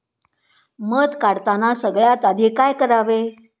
मध काढताना सगळ्यात आधी काय करावे?